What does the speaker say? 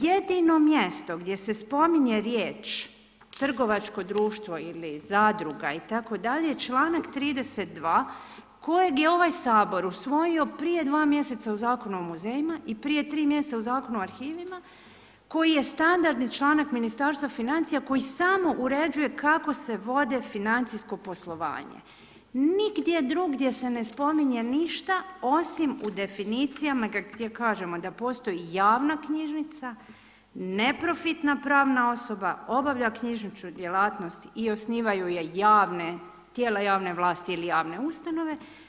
Jedino mjesto gdje se spominje trgovačko društvo ili zadruga itd., članak 32. kojeg je ovaj Sabor usvojio prije 2 mj. u Zakonu u muzejima i prije 3 mj. i Zakonu o arhivima, koji je standardni članak Ministarstva financija koji samo uređuje kako se vode financijsko poslovanje, nigdje drugdje se ne spominje ništa osim u definicijama gdje kažemo da postoji javna knjižnica, neprofitna pravna osoba obavlja knjižničku djelatnost i osnivaju je tijela javne vlasti ili javne ustanove.